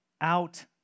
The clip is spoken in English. out